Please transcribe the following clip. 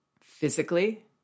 Physically